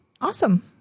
Awesome